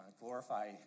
glorify